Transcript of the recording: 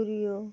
पुरयो